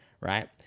Right